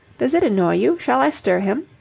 does it annoy you? shall i stir him?